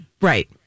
Right